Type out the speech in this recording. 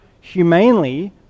humanely